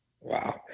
Wow